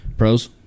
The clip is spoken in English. pros